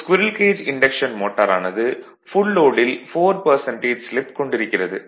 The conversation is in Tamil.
ஒரு ஸ்குரீல் கேஜ் இன்டக்ஷன் மோட்டார் ஆனது ஃபுல் லோடில் 4 ஸ்லிப் கொண்டிருக்கிறது